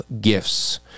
gifts